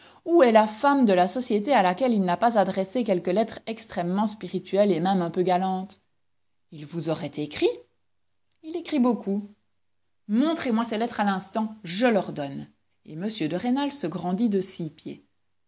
où est la femme de la société à laquelle il n'a pas adressé quelques lettres extrêmement spirituelles et même un peu galantes il vous aurait écrit il écrit beaucoup montrez-moi ces lettres à l'instant je l'ordonne et m de rênal se grandit de six pieds